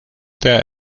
der